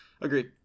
Agreed